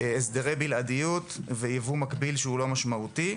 הסדרי בלעדיות ויבוא מקביל שהוא לא משמעותי.